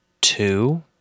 Two